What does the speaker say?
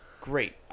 great